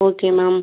okay ma'am